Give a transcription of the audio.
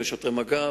שוטרי מג"ב,